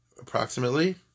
approximately